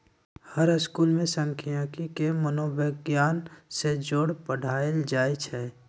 हर school में सांखियिकी के मनोविग्यान से जोड़ पढ़ायल जाई छई